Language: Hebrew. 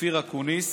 אופיר אקוניס